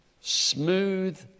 Smooth